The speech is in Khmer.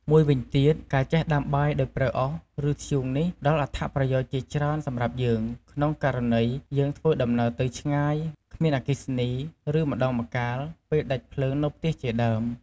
មួយវិញទៀត ការចេះដាំបាយដោយប្រើអុស ឬធ្យូងនេះ ផ្ដល់អត្ថប្រយោជន៍ជាច្រើនសម្រាប់យើង ក្នុងករណី យើងធ្វើដំណើរទៅឆ្ងាយ គ្មានអគ្គីសនី ឬ ម្ដងម្កាលពេលដាច់ភ្លើងនៅផ្ទះជាដើម។